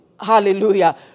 Hallelujah